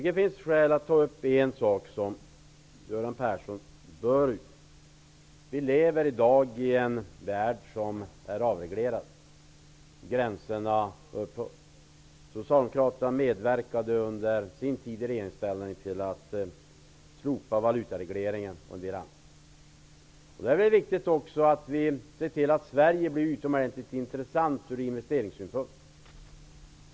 Det finns skäl att ta upp ytterligare en sak, Göran Persson. I dag lever vi i en värld som är avreglerad. Gränserna raderas ut. Socialdemokraterna medverkade under sin tid i regeringsställning till att slopa bl.a. valutaregleringen. Det är då viktigt att också se till att Sverige blir utomordentligt intressant för andra länder från investeringssynpunkt.